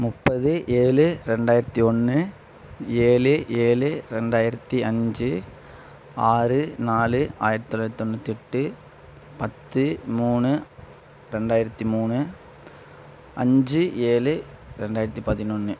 முப்பது ஏழு ரெண்டாயிரத்தி ஒன்று ஏழு ஏழு ரெண்டாயிரத்தி அஞ்சு ஆறு நாலு ஆயிரத்தி தொளாயிரத்தி தொண்ணூற்றி எட்டு பத்து மூணு ரெண்டாயிரத்தி மூணு அஞ்சு ஏழு ரெண்டாயிரத்தி பதினொன்று